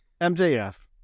MJF